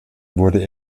wurde